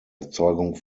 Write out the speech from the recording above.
erzeugung